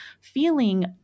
feeling